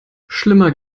schlimmer